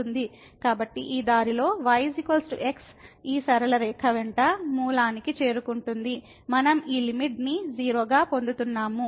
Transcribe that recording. కాబట్టి ఈ దారిలో y x ఈ సరళ రేఖ వెంట మూలానికి చేరుకుంటుంది మనం ఈ లిమిట్ ని 0 గా పొందుతున్నాము